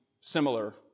similar